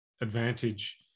advantage